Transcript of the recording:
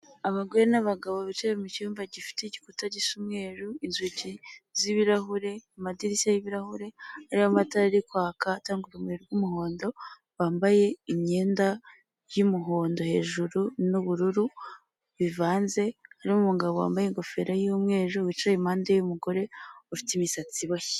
Abagore n'abagabo bicaye mucyumba gifite igikuta gisa umweru inzugi z'ibirahure amadirishya y'ibirahure ari matara ari kwaka a cyangwa urumuri rw'umuhondo bambaye imyenda y'umuhondo hejuru n'ubururu bivanze n'umugabo wambaye ingofero y'umweru wicaye impande y'umugore ufite imisatsi iboshye.